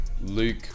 Luke